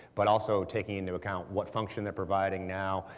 but also taking into account what function they're providing now,